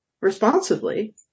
responsibly